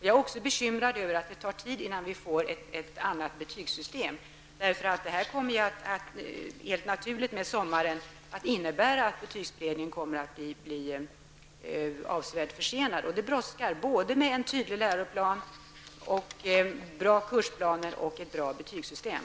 Jag är också bekymrad över att det tar tid innan vi får ett nytt betygssystem. Betygsberedningen kommer att bli avsevärt försenad över sommaren. Det brådskar både med en tydlig läroplan, med bra kursplaner och med ett bra betygssystem.